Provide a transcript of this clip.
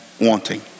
wanting